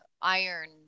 iron